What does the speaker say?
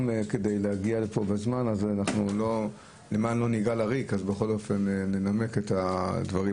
בבוקר כדי להגיע לפה זמן אז ננמק את הדברים.